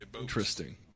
Interesting